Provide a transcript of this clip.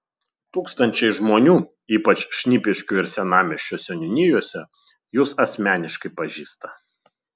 tūkstančiai žmonių ypač šnipiškių ir senamiesčio seniūnijose jus asmeniškai pažįsta